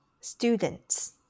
Students